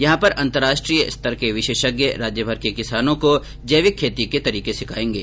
यहां पर अंतरराष्ट्रीय स्तर के विशेषज्ञ राज्य भर के किसानो को जैविक खेती के तरीके सिखाएंगे